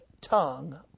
tongue